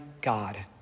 God